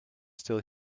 still